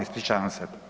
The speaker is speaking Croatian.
Ispričavam se.